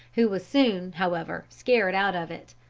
who was soon, however, scared out of it.